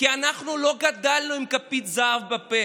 כי אנחנו לא גדלנו עם כפית זהב בפה,